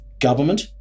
government